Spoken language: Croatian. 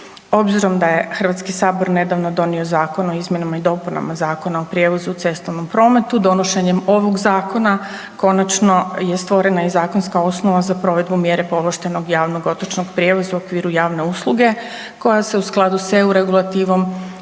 Obzirom da je HS nedavno donio Zakon o izmjenama i dopunama Zakona o prijevozu u cestovnom prometu donošenjem ovog zakona konačno je stvorena i zakonska osnova za provedbu mjere povlaštenog javnog otočnog prijevoza u okviru javne usluge koja se u skladu s EU regulativom